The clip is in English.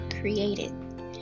created